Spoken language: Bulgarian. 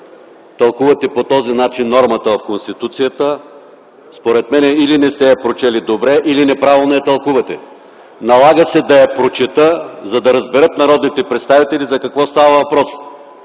тълкувате по този начин нормата в Конституцията. Според мен или не сте я прочели добре, или неправилно я тълкувате. Налага се да я прочета, за да разберат народните представители за какво става въпрос: